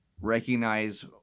recognize